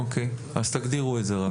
אוקיי, אז תגדירו את זה.